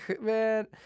man